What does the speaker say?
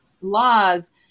laws